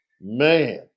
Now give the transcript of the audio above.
Man